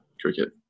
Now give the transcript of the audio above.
cricket